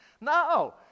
no